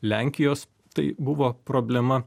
lenkijos tai buvo problema